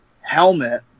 helmet